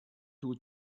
two